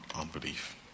unbelief